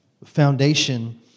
foundation